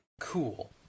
cool